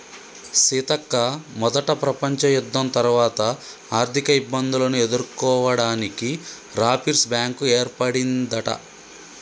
సీతక్క మొదట ప్రపంచ యుద్ధం తర్వాత ఆర్థిక ఇబ్బందులను ఎదుర్కోవడానికి రాపిర్స్ బ్యాంకు ఏర్పడిందట